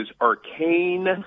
arcane